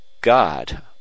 God